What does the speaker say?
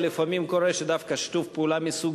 לפעמים קורה שדווקא שיתוף פעולה מסוג